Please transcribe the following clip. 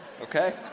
Okay